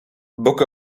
book